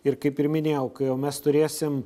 ir kaip ir minėjau kai jau mes turėsim